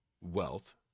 wealth